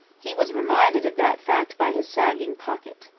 he was reminded of that fact by his sagging pocket.